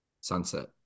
Sunset